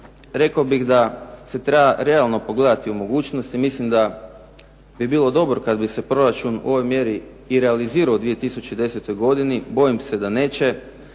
rekao bih da se treba realno pogledati u mogućnosti. Mislim da bi bilo dobro kada bi se proračun u ovoj mjeri i realizirao u 2010. godini. Bojim se da neće.